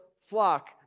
flock